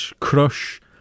crush